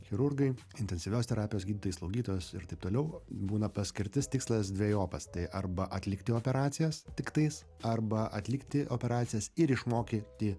chirurgai intensyvios terapijos gydytojai slaugytojos ir taip toliau būna paskirtis tikslas dvejopas tai arba atlikti operacijas tiktais arba atlikti operacijas ir išmokyti